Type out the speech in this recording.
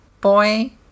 boy